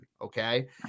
okay